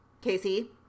Casey